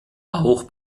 auch